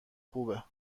خوبه